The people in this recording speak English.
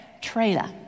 trailer